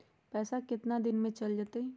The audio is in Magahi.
पैसा कितना दिन में चल जतई?